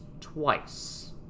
twice